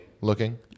Looking